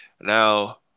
Now